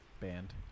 Band